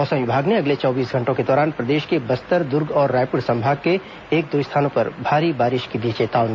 मौसम विभाग ने अगले चौबीस घंटों के दौरान प्रदेश के बस्तर दुर्ग और रायपुर संभाग के एक दो स्थानों पर भारी बारिश की दी चेतावनी